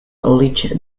alleged